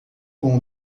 com